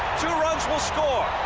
runs will score.